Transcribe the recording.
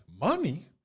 Money